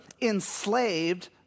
enslaved